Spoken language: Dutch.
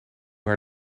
haar